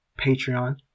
Patreon